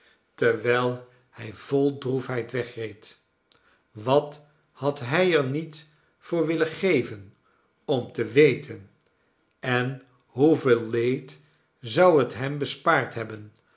terwijl hij vol droefheid wegreed wat had hij er niet voor willen geven om te weten en hoeveel leed zou het hem bespaard hebben